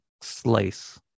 slice